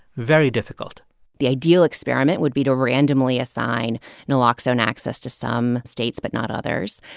very difficult the ideal experiment would be to randomly assign naloxone access to some states but not others.